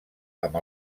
amb